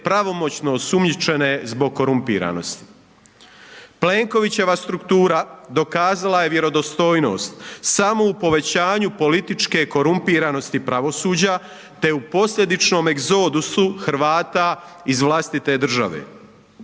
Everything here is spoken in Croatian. pravomoćno osumnjičene zbog korumpiranosti. Plenkovićeva struktura dokazala je vjerodostojnost samo u povećanju političke korumpiranosti pravosuđa te u posljedičnom egzodusu Hrvata iz vlastite države.